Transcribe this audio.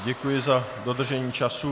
Děkuji za dodržení času.